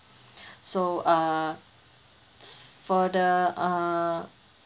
so uh further uh